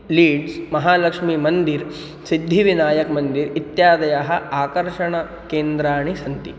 leads महालक्ष्मीमन्दिरं सिद्धिविनायकमन्दिरम् इत्यादीनि आकर्षणकेन्द्राणि सन्ति